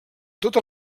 tota